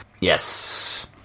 Yes